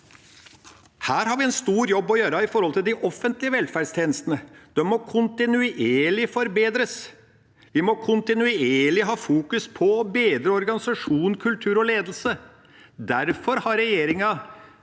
Her har vi en stor jobb å gjøre når det gjelder de offentlige velferdstjenestene. De må kontinuerlig forbedres. Vi må kontinuerlig fokusere på bedre organisasjon, kultur og ledelse. Derfor har regjeringa